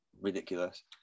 ridiculous